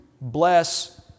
bless